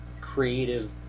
creative